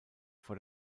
vor